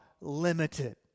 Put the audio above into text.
limited